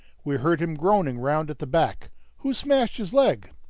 we heard him groaning round at the back who smashed his leg?